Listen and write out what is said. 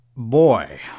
Boy